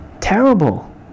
Terrible